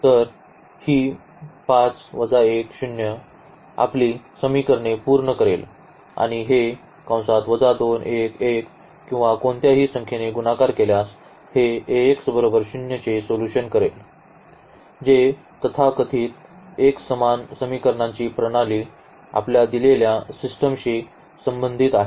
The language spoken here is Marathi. तर ही आपली समीकरणे पूर्ण करेल आणि हे किंवा कोणत्याही संख्येने गुणाकार केल्यास हे चे सोल्यूशन करेल जे तथाकथित एकसमान समीकरणांची प्रणाली आपल्या दिलेल्या सिस्टमशी संबंधित आहे